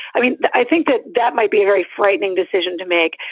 i mean, i think that that might be a very frightening decision to make.